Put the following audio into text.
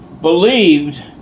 believed